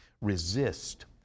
resist